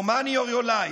your money or your life,